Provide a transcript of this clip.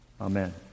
Amen